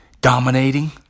dominating